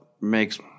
makes